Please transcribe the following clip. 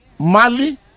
Mali